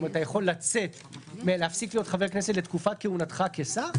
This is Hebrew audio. אתה יכול להפסיק להיות חבר כנסת בתקופת כהונתך כשר,